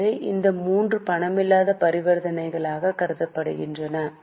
எனவே இந்த மூன்று பணமல்லாத பரிவர்த்தனைகளாக கருதப்படுகின்றன